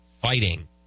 Fighting